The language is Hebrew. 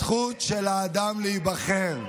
הזכות של האדם להיבחר,